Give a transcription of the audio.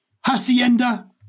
Hacienda